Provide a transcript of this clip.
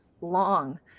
long